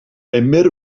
emyr